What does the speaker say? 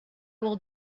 will